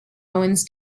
owens